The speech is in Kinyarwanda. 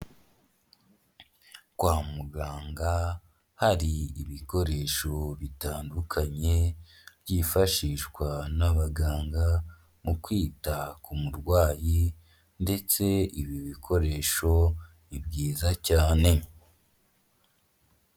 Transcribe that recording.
Kwa muganga hari ibikoresho bitandukanye byifashishwa n'abaganga mu kwita ku murwayi ndetse ibi bikoresho ni byiza cyane.